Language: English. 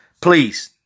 Please